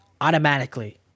automatically